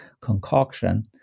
concoction